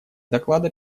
доклада